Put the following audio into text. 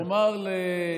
שאלתי אם לעם הנכבש.